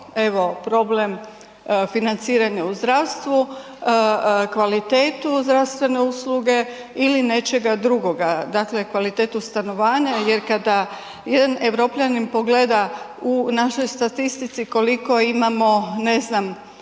evo problem financiranja u zdravstvu, kvalitetu zdravstvene usluge ili nečega drugoga, dakle kvalitetu stanovanja jer kada Europljanin pogleda u našoj statistici koliko imamo ne znam,